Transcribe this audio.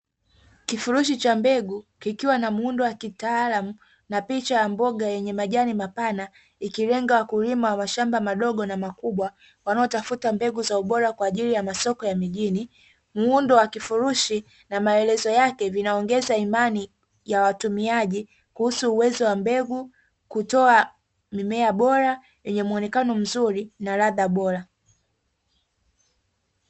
Kifurushi cha mbegu kikiwa na muundo wa kitaalamu na picha ya mboga yenye majani mapana, ikilenga wakulima mashamba madogo na makubwa wanaotafuta mbegu za ubora kwa ajili ya masoko ya mijini, muundo wa kifurushi na maelezo yake vinaongeza imani ya watumiaji kuhusu uwezo wa mbegu kutoa mimea bora yenye muonekano mzuri na ladha bora.